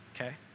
okay